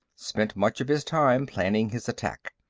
spent much of his time planning his attack.